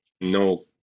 no